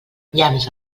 llamps